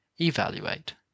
evaluate